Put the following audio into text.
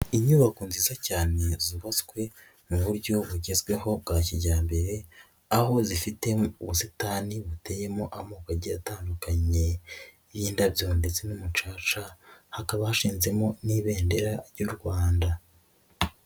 Inyubako nziza cyane zubatse mu buryo bugezweho bwa kijyambere aho zifite ubusitani buteyemo amoko agiye atandukanye y'indabyo ndetse n'umucaca hakaba hashinzemo n'ibendera ry'u Rwanda.